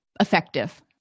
effective